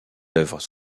œuvres